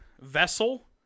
vessel